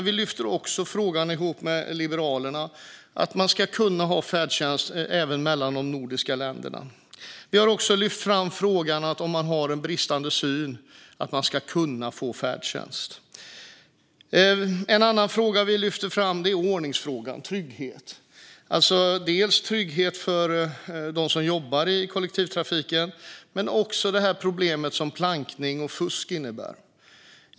Vi lyfter också ihop med Liberalerna frågan om att man ska kunna ha färdtjänst även mellan de nordiska länderna. Vi har också lyft fram frågan om att man ska kunna få färdtjänst om man har bristande syn. En annan sak vi lyfter fram är ordningsfrågan - trygghet. Det handlar dels om trygghet för dem som jobbar inom kollektivtrafiken, dels om det problem som plankning och fusk innebär.